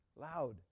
Loud